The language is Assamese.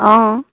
অ'